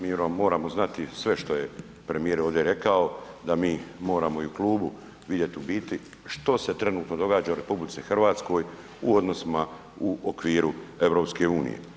MI moramo znati sve što je premijer ovdje rekao da mi moramo i u klubu vidjeti što se trenutno događa u RH u odnosima u okviru EU.